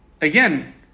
again